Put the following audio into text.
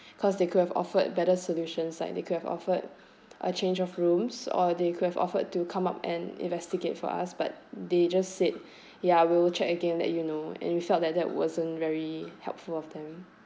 cause they could have offered better solutions like they could have offered a change of rooms or they could have offered to come up and investigate for us but they just said ya we will check again let you know and we felt that that wasn't very helpful of them